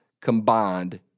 combined